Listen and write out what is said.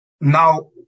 Now